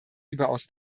überaus